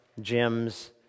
gyms